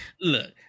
Look